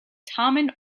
tamen